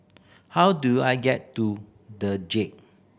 how do I get to The Jade